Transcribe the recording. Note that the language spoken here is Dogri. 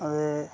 अते